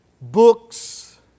books